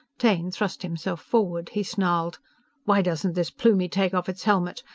taine thrust himself forward. he snarled why doesn't this plumie take off its helmet?